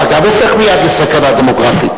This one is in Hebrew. אתה גם הופך מייד לסכנה דמוגרפית.